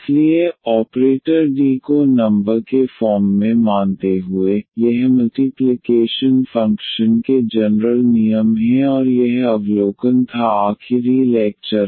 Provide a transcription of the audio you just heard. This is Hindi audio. इसलिए ऑपरेटर D को नंबर के फॉर्म में मानते हुए यह मल्टीप्लिकेशन फंक्शन के जनरल नियम हैं और यह अवलोकन था आखिरी लेक्चर